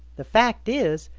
the fact is,